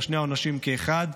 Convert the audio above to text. או שני העונשים כאחד.